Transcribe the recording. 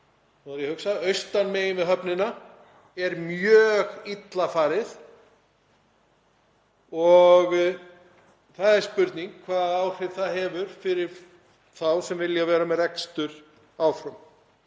iðnaðarhverfið austan megin við höfnina er mjög illa farið og það er spurning hvaða áhrif það hefur fyrir þá sem vilja vera með rekstur áfram.